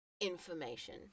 information